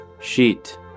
Sheet